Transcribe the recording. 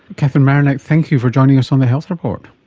catherine marinac, thank you for joining us on the health report.